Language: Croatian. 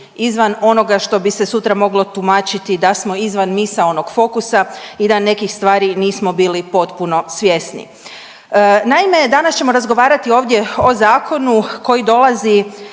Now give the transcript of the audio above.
izvan onoga što bi se sutra moglo tumačiti da smo izvan misaonog fokusa i da nekih stvari nismo bili potpuno svjesni. Naime, danas ćemo razgovarati ovdje o zakonu koji dolazi